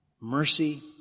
mercy